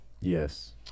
Yes